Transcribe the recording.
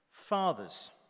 Fathers